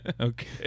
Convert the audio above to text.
Okay